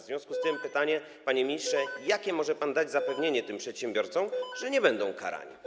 W związku z tym pytanie, panie ministrze: Jakie może pan dać zapewnienie tym przedsiębiorcom, że nie będą karani?